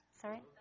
Sorry